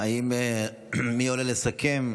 מי עולה לסכם?